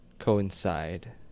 coincide